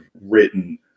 written